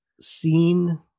seen